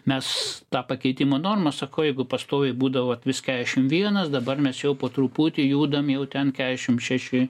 mes tą pakeitimo normą sakau jeigu pastoviai būdavo vis keturiasdešimt vienas dabar mes jau po truputį judam jau ten keturiasdešimt šeši